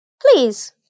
please